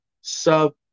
sub